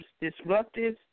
disruptive